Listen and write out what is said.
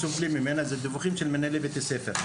הנתונים שאנחנו מקבלים ממנהלי בית הספר.